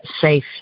safe